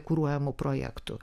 kuruojamų projektų